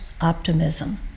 optimism